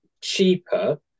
cheaper